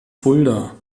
fulda